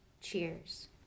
cheers